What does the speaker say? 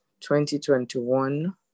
2021